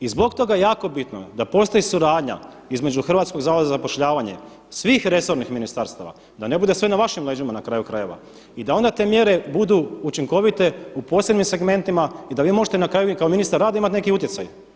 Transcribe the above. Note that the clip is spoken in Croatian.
I zbog toga je jako bitno da postoji suradnja između Hrvatskog zavoda za zapošljavanje, svih resornih ministarstava da ne bude sve na vašim leđima na kraju krajeva i da onda te mjere budu učinkovite u posebnim segmentima i da vi možete na kraju i kao ministar rada imati neki utjecaj.